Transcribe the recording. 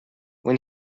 when